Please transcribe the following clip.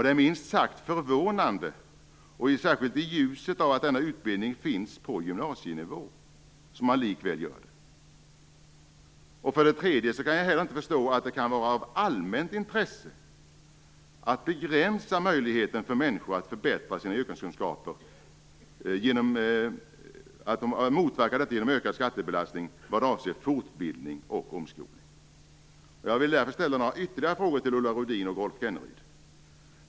Det är minst sagt förvånande, särskilt i ljuset av att denna utbildning finns på gymnasienivå. För det tredje kan jag inte förstå att det kan vara av allmänt intresse att begränsa möjligheten för människor att förbättra sina yrkeskunskaper genom ökad skattebelastning vad avser fortbildning och omskolning. Ulla Rudin och Rolf Kenneryd.